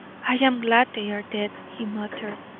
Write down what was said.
i am glad they are dead, he muttered.